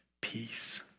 peace